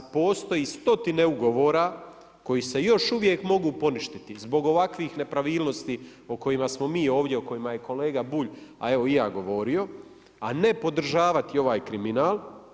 Postoje stotine ugovora koji se još uvijek mogu poništiti zbog ovakvih nepravilnosti o kojima smo mi ovdje, o kojima je kolega Bulj a evo i ja govorio, a ne podržavati ovaj kriminal.